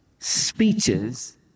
speeches